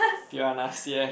piranhas yeah